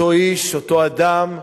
אותו איש, אותו אדם,